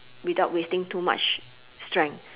without wasting too much strength